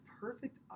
perfect